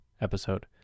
episode